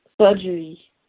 surgery